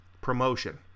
Promotion